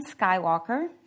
Skywalker